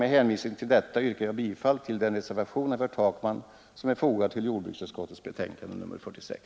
Med hänvisning till detta yrkar jag bifall till den reservation av herr Takman som är fogad till jordbruksutskottets betänkande nr 46.